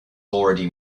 already